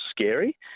scary